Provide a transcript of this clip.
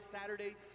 Saturday